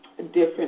different